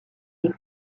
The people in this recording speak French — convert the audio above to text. les